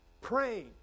praying